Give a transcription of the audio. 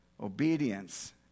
obedience